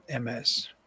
MS